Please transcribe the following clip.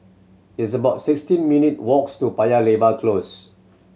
it's about sixteen minute walks' to Paya Lebar Close